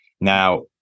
Now